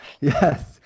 yes